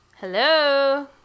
Hello